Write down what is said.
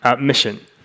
mission